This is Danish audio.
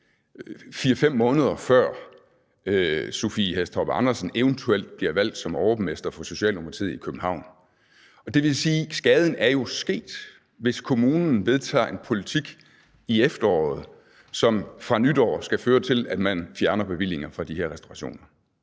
4-5 måneder før Sophie Hæstorp Andersen eventuelt bliver valgt som overborgmester i København for Socialdemokratiet. Det vil sige, at skaden jo er sket, hvis kommunen vedtager en politik i efteråret, som fra nytår skal føre til, at man fjerner bevillinger fra de her restaurationer.